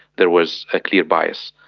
there was a clear bias.